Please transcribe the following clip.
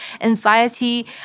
anxiety